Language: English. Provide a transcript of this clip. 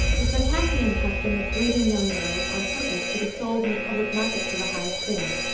the circassian custom of breeding young girls, on purpose to be sold in the public market to the highest bidder,